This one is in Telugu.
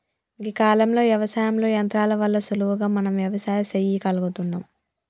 గీ కాలంలో యవసాయంలో యంత్రాల వల్ల సులువుగా మనం వ్యవసాయం సెయ్యగలుగుతున్నం